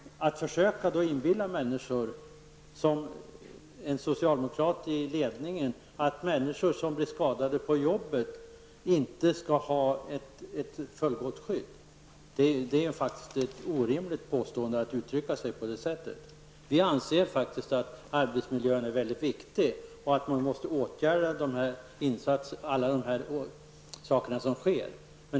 Det är faktiskt orimligt av en ledande socialdemokrat att uttrycka sig på det här sättet, att försöka inbilla människor att de om de blir skadade på jobbet inte skall ha ett fullgott skydd. Vi anser faktiskt att arbetsmiljön är väldigt viktig och att man måste åtgärda dessa saker.